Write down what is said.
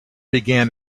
began